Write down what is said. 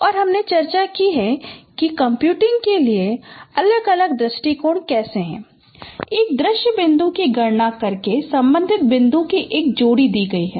और हमने चर्चा की है कि कंप्यूटिंग के लिए अलग अलग दृष्टिकोण कैसे हैं एक दृश्य बिंदु की गणना करके संबंधित बिंदु की एक जोड़ी दी गई है